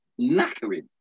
knackering